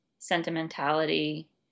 sentimentality